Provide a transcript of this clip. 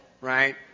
right